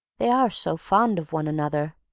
they are so fond of one another.